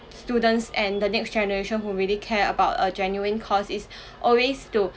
students and the next generation who really care about a genuine cause is always to